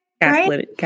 Gaslit